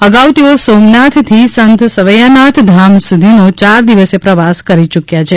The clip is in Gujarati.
અગાઉ તેઓ સોમનાથથી સંત સવૈથાનાથ ધામ સુધીનો ચાર દિવસીથ પ્રવાસ કરી યુક્વા છે